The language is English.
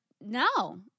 no